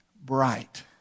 Bright